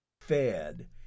fed